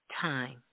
time